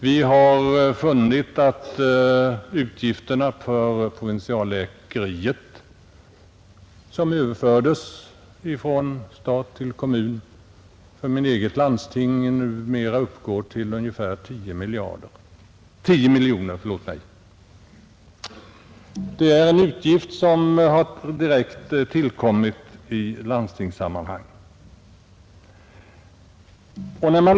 Vi har funnit att utgifterna för provinsialläkarverksamheten, vilken överförts från stat till kommun, för mitt eget landsting numera uppgår till ungefär 10 miljoner kronor årligen. Det är en direkt merutgift som pålagts kommunerna.